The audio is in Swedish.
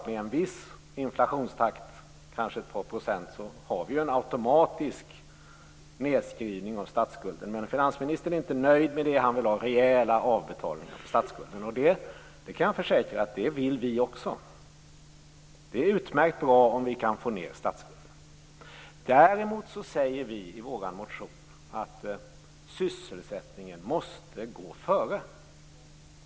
Med en viss inflationstakt, kanske ett par procent, har vi ju automatiskt en nedskrivning av statsskulden. Men finansministern är inte nöjd med det. Han vill ha rejäla avbetalningar på statsskulden. Det vill också vi. Det kan jag försäkra. Det är utmärkt bra om vi kan få ned statsskulden. Däremot säger i vi i vår motion att sysselsättningen måste gå före.